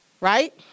Right